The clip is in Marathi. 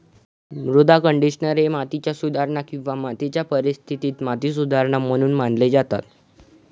मृदा कंडिशनर हे माती सुधारणा किंवा मातीच्या परिस्थितीत माती सुधारणा म्हणून मानले जातात